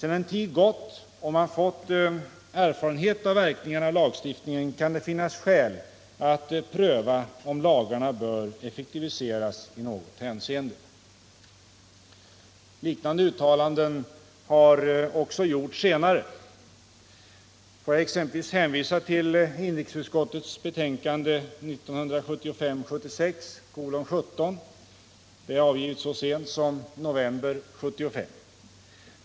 —-—-— Sedan en tid gått och man fått erfarenhet av verkningarna Onsdagen den av lagstiftningen kan det finnas skäl att pröva om lagarna bör effek 23 november 1977 tiviseras i något hänseende.” Setter Liknande uttalanden har också gjorts senare. Jag kan exempelvis hän = Anställningsskydd, visa till inrikesutskottets betänkande 1975/76:17, avgivet så sent som m.m. i november 1975.